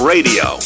Radio